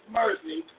mercy